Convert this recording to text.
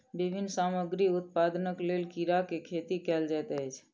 विभिन्न सामग्री उत्पादनक लेल कीड़ा के खेती कयल जाइत अछि